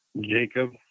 Jacob